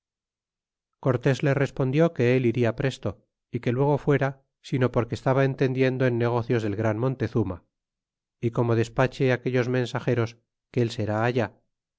cortés le respondió que él iria presto y que luego fuera sino porque estaba entendiendo en negocios del gran montezuma y como despache aquellos mensageros que él será allá